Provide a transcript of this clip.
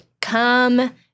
come